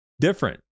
different